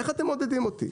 איך אתם מעודדים אותי?